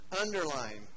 Underline